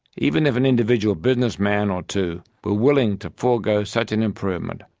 even if an individual businessman or two were willing to forego such an improvement,